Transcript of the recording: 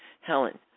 Helen